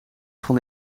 van